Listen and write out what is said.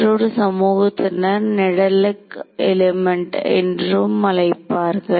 மற்றொரு சமூகத்தினர் Nedelec element என்று அழைக்கிறார்கள்